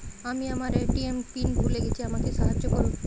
আমি আমার ATM PIN ভুলে গেছি আমাকে সাহায্য করুন